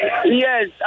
Yes